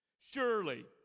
Surely